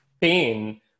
pain